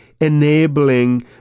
enabling